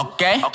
Okay